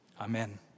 Amen